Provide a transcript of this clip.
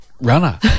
runner